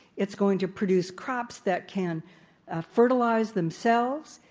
it's going to produce crops that can fertilize themselves.